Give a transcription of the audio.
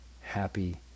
happy